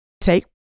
take